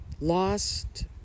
lost